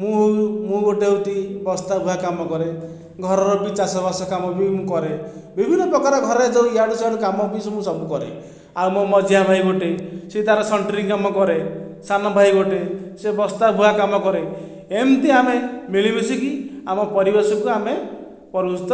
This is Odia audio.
ମୁଁ ହେଉ ମୁଁ ଗୋଟିଏ ଅଉଠି ବସ୍ତା ବୁହା କାମ କରେ ଘରର ବି ଚାଷ ବାସ କାମ ବି ମୁଁ କରେ ବିଭିନ୍ନ ପ୍ରକାର ଘରର ଯେଉଁ ଇଆଡ଼ୁ ସିଆଡ଼ୁ କାମ ବି ସବୁ ସବୁ କରେ ଆଉ ମୋ' ମଝିଆ ଭାଇ ଗୋଟିଏ ସିଏ ତାର ସେଣ୍ଟରିଙ୍ଗ କାମ କରେ ସାନ ଭାଇ ଗୋଟେ ସେ ବସ୍ତା ବୁହା କାମ କରେ ଏମିତି ଆମେ ମିଳିମିଶିକି ଆମ ପରିବେଶକୁ ଆମେ ପରୁସ୍ତ